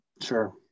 Sure